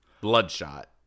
Bloodshot